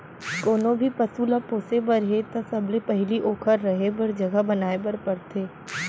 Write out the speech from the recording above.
कोनों भी पसु ल पोसे बर हे त सबले पहिली ओकर रहें बर जघा बनाए बर परथे